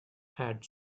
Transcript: had